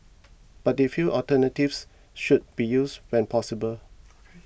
but they feel alternatives should be used when possible